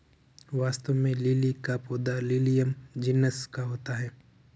वास्तव में लिली का पौधा लिलियम जिनस का होता है